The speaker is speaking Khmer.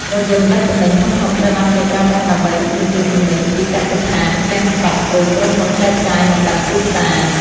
រថយន្តដឹកទំនិញធំៗត្រូវបានគេប្រើប្រាស់ដើម្បីដឹកជញ្ជូនទំនិញពីកសិដ្ឋាន ឃ្លាំងស្តុក ឬក្រុមហ៊ុនចែកចាយមកកាន់ទីផ្សារ។